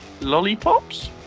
Lollipops